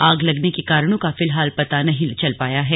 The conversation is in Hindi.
आग लगने के कारणों का फिलहाल पता नही चल पाया है